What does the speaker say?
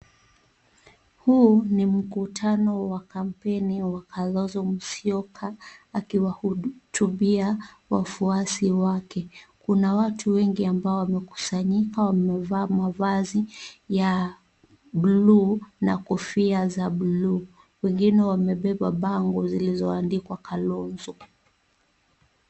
Huu ni mkutano wa kampeni wa Kalonzo Musyoka akiwahutubia wafuasi wake. Kuna watu wengi ambao wamekusanyika wamevaa mavazi ya buluu na kofia za buluu. Wengine wamebeba bango zilizoandikwa Kalonzo.